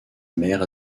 mère